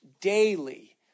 daily